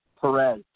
Perez